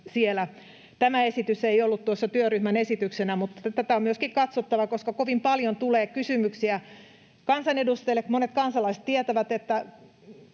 Tämä esitys ei ollut työryhmän esityksenä, mutta tätä on myöskin katsottava, koska kovin paljon tulee kysymyksiä kansanedustajille. Monet kansalaiset tietävät, että